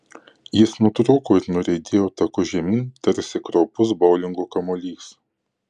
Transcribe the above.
jis nutrūko ir nuriedėjo taku žemyn tarsi kraupus boulingo kamuolys